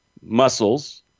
muscles